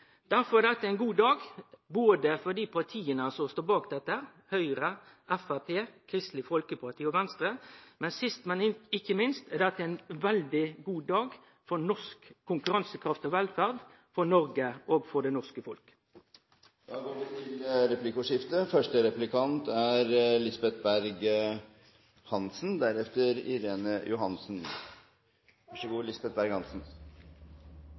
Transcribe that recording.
Derfor er dette ein god dag, både for dei partia som står bak dette – Høgre, Framstegspartiet, Kristeleg Folkeparti og Venstre – og sist, men ikkje minst, for norsk konkurransekraft og velferd, for Noreg og det norske folk. Det blir replikkordskifte. Regjeringen påstår at de er opptatt av å redusere todelingen i norsk økonomi. Sjømatnæringen er i dag vår nest største eksportnæring og har